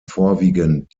vorwiegend